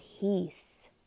peace